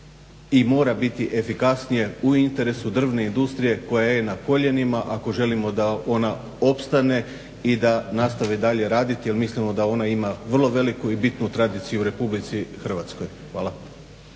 i mora biti efikasnije u interesu drvne industrije koja je na koljenima ako želimo da ona opstane i da nastavi dalje raditi jer mislimo da ona ima vrlo veliku i bitnu tradiciju u Republici Hrvatskoj. Hvala.